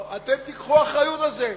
אתם תיקחו אחריות על זה.